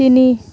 তিনি